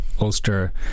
Ulster